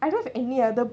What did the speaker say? I don't have any other